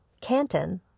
Canton